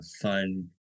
fun